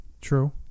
True